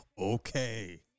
Okay